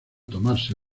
tomarse